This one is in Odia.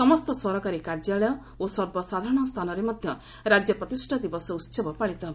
ସମସ୍ତ ସରକାରୀ କାର୍ଯ୍ୟାଳୟ ଓ ସର୍ବସାଧାରଣ ସ୍ଥାନରେ ମଧ୍ୟ ରାଜ୍ୟ ପ୍ରତିଷ୍ଠା ଦିବସ ଉତ୍ସବ ପାଳିତ ହେବ